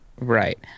Right